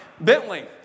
Bentley